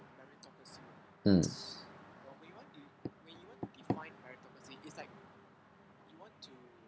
mm